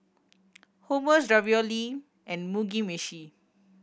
Hummus Ravioli and Mugi Meshi